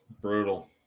brutal